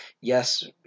yes